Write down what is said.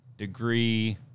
Degree